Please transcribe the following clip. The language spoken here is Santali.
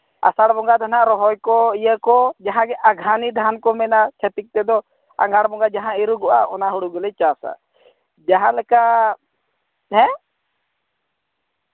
ᱟᱥᱟᱲ ᱵᱚᱸᱜᱟ ᱫᱚ ᱱᱟᱜ ᱨᱚᱦᱚᱭ ᱠᱚ ᱤᱭᱟᱹ ᱠᱚ ᱡᱟᱦᱟᱸ ᱜᱮ ᱟᱸᱜᱷᱟᱱᱤ ᱫᱷᱟᱱ ᱠᱚ ᱢᱮᱱᱟ ᱪᱷᱟᱹᱛᱤᱠ ᱛᱮᱫᱚ ᱟᱸᱜᱷᱟᱬ ᱵᱚᱸᱜᱟ ᱡᱟᱦᱟᱸ ᱤᱨᱚᱜᱚᱜᱼᱟ ᱚᱱᱟ ᱦᱳᱲᱳ ᱜᱮᱞᱮ ᱪᱟᱥᱟ ᱡᱟᱦᱟᱸᱞᱮᱠᱟ ᱦᱮᱸ